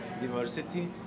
diversity